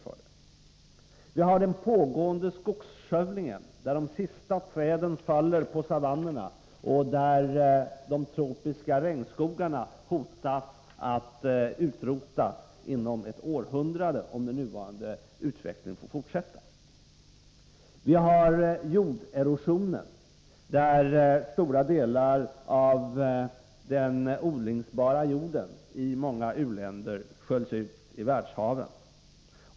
Vidare har vi den pågående skogsskövlingen, där de sista träden faller på savannerna och där de tropiska regnskogarna hotas med utrotning inom ett århundrade, om den nuvarande utvecklingen får fortsätta. Sedan har vi jorderosionen som gör att en stor del av den odlingsbara jorden i många u-länder sköljs ut i världshaven.